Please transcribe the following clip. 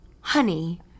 Honey